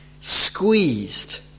squeezed